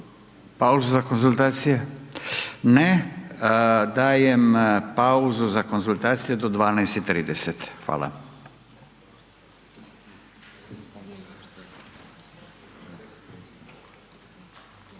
pauzu za konzultacije? Ne. Dajem pauzu za konzultaciju do 12,30. Hvala.